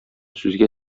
сүзгә